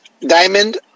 Diamond